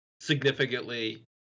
significantly